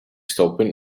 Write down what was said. stopping